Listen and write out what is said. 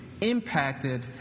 impacted